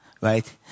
right